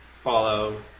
follow